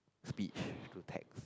speech to text